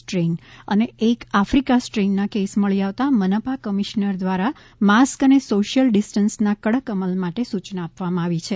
strain અને એક Africa સ્ટ્રેઇનના કેસ મળી આવતા મનપા કમિશ્નર દ્વારા માસ્ક અને સોશિયલ ડિસ્ટન્સના કડક અમલ માટે સૂચના આપવામાં આવી છે